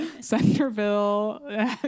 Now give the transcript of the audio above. Centerville